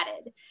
added